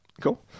Cool